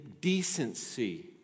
decency